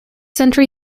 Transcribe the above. century